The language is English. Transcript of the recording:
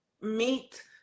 meet